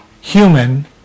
human